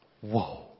whoa